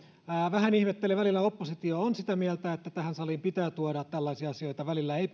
vähän ihmettelen kun välillä oppositio on sitä mieltä että tähän saliin pitää tuoda tällaisia asioita ja välillä ei